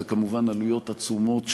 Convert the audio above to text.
זה כמובן עלויות עצומות,